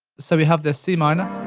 so we have the c minor,